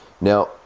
Now